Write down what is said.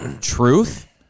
truth